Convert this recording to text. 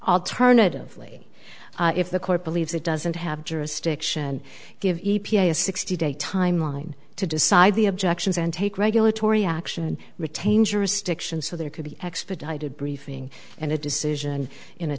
alternatively if the court believes it doesn't have jurisdiction give a sixty day time line to decide the objections and take regulatory action retain jurisdiction so there could be expedited briefing and a decision in a